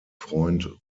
freund